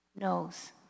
knows